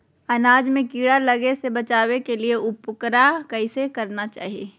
अनाज में कीड़ा लगे से बचावे के लिए, उकरा कैसे रखना चाही?